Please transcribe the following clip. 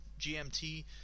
GMT